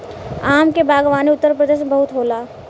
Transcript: आम के बागवानी उत्तरप्रदेश में बहुते होला